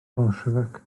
bolsiefic